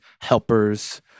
helpers